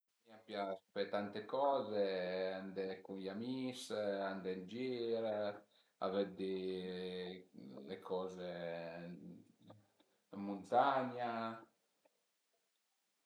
A m'pias fe tante coze, andé cun i amis, andé ën gir a veddi le coze ën muntagna